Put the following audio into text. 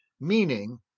Meaning